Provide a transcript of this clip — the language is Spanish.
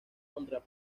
contra